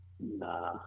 Nah